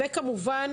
וכמובן,